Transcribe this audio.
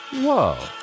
Whoa